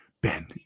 ben